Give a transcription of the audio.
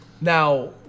Now